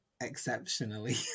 exceptionally